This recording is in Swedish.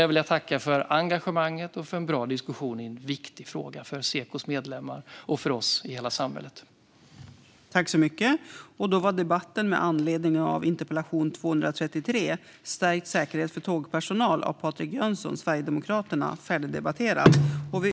Jag vill härmed tacka för engagemanget och för en bra diskussion i en viktig fråga för Sekos medlemmar och för oss i hela samhället.